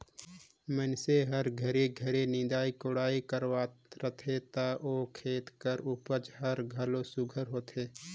मइनसे हर घरी घरी निंदई कोड़ई करवात रहथे ता ओ खेत कर उपज हर घलो सुग्घर होथे